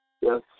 Yes